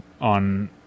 on